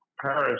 Paris